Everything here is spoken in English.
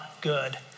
good